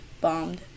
bombed